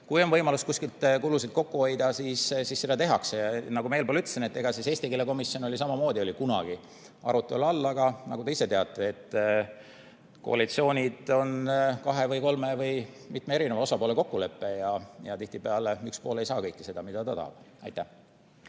kui on võimalus kusagilt kulusid kokku hoida, siis seda tuleks teha. Nagu ma enne ütlesin, oli eesti keele komisjon samamoodi kunagi arutelu all, aga nagu te ise teate, on koalitsioonid kahe, kolme või rohkema osapoole kokkulepe ja tihtipeale üks pool ei saa kõike seda, mida ta tahab. Aitäh,